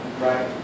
Right